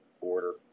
order